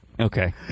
Okay